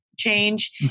change